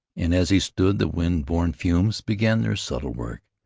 and as he stood the wind-borne fumes began their subtle work.